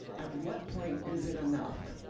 at what point is it enough?